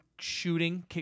shooting